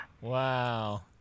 Wow